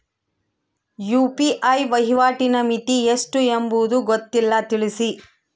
UPI ವಹಿವಾಟಿನ ಮಿತಿ ಎಷ್ಟು ಎಂಬುದು ಗೊತ್ತಿಲ್ಲ? ತಿಳಿಸಿ?